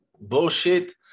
bullshit